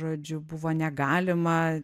žodžiu buvo negalima